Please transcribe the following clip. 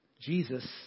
Jesus